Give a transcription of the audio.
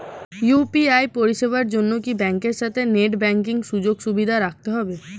UPI পরিষেবার জন্য কি ব্যাংকের সাথে নেট ব্যাঙ্কিং সুযোগ সুবিধা থাকতে হবে?